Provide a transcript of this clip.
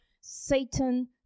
Satan